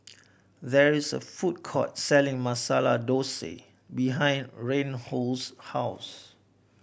there is a food court selling Masala Dosa behind Reinhold's house